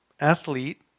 Athlete